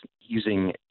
using